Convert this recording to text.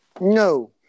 No